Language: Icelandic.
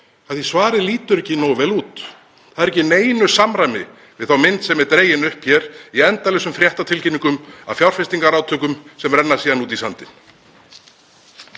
af því að svarið lítur ekki nógu vel út. Það er ekki í neinu samræmi við þá mynd sem dregin er upp í endalausum fréttatilkynningum af fjárfestingarátökum sem renna síðan út í sandinn.